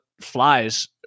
flies